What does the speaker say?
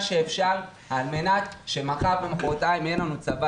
שאפשר על מנת שמחר ומחרתיים יהיה לנו צבא.